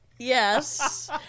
Yes